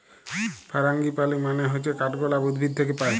ফারাঙ্গিপালি মানে হচ্যে কাঠগলাপ উদ্ভিদ থাক্যে পায়